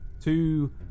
two